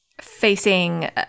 Facing